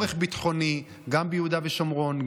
צורך ביטחוני גם ביהודה ושומרון,